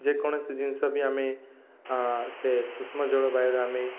ଯେକୌଣସି ଜିନିଷ ବି ଆମେ ସେ ଉଷ୍ମ ଜଳବାୟୁରେ ଆମେ